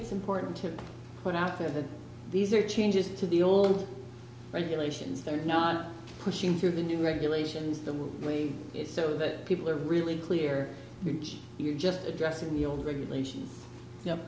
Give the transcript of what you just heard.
it's important to put out there that these are changes to the old regulations that are now pushing through the new regulations the way so that people are really clear when you're just addressing the old regulations